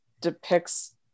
depicts